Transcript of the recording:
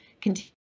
continue